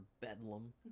bedlam